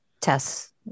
tests